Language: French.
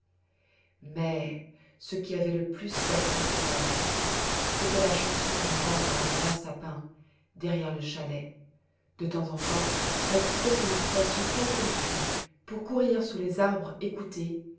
mais ce qui avait le plus d'attrait pour heidi c'était la chanson du vent dans les grands sapins derrière le chalet de temps en temps elle quittait son occupation quelle qu'elle fût pour courir sous les arbres écouter